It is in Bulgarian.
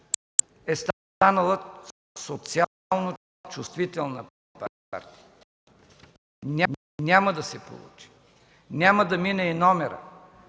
е станала социално чувствителна партия?! Няма да се получи, няма да мине и номерът!